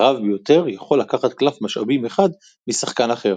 הרב ביותר יכול לקחת קלף משאבים אחד משחקן אחר.